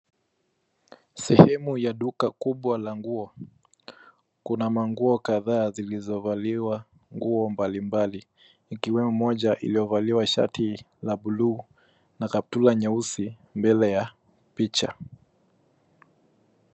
Sehemu ya duka kubwa la nguo, kuna manguo kadhaa zilizovaliwa nguo mbali mbali. Ikiwemo moja iliyovaliwa shati la bluu na kaptula nyeusi mbele ya picha.